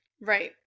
Right